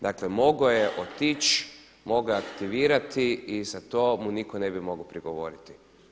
Dakle, mogao je otići, mogao je aktivirati i za to mu nitko ne bi mogao prigovoriti.